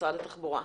משרד התחבורה,